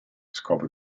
scopo